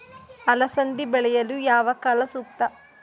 ಅಲಸಂದಿ ಬೆಳೆಯಲು ಯಾವ ಕಾಲ ಸೂಕ್ತ?